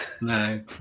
No